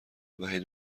وحید